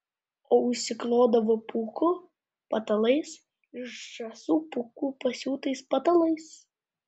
o užsiklodavo pūkų patalais iš žąsų pūkų pasiūtais patalais